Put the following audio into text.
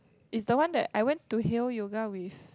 is the one that I went to Hale yoga with